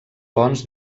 fonts